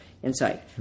Insight